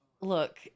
look